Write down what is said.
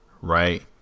right